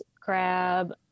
crab